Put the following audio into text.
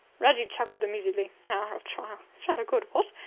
reggie chuckled amusedly. hour of trial is rather good, what?